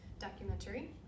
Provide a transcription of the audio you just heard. documentary